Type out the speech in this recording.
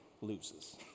loses